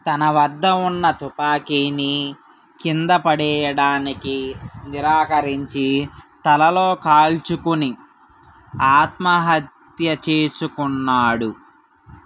తన వద్ద ఉన్న తుపాకీని కింద పడేయడానికి నిరాకరించి తలలో కాల్చుకుని ఆత్మహత్య చేసుకున్నాడు